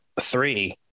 three